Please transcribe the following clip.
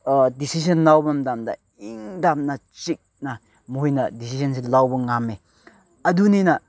decision ꯂꯧ ꯃꯇꯝꯗ ꯏꯪꯇꯞꯅ ꯆꯤꯛꯅ ꯃꯣꯏꯅ ꯗꯤꯁꯤꯖꯟꯁꯦ ꯂꯧꯕ ꯉꯝꯃꯦ ꯑꯗꯨꯅꯤꯅ